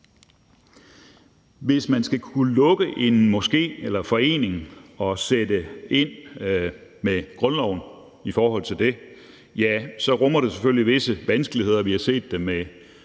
Hvis man skal kunne lukke en moské eller forening og sætte ind med grundloven i forhold til det, rummer det selvfølgelig visse vanskeligheder. Vi har set det med